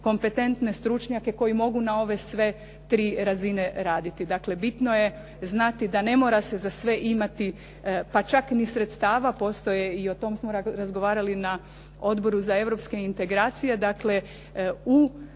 kompetentne stručnjake koji mogu na ove sve tri razine raditi. Dakle, bitno je znati da ne mora se za sve imati, pa čak ni sredstava, postoje i o tome smo razgovarali na Odboru za europske integracije. Dakle, u